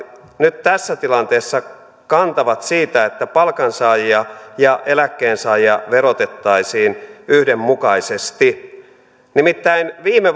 nyt tässä tilanteessa kantavat siitä että palkansaajia ja eläkkeensaajia verotettaisiin yhdenmukaisesti nimittäin viime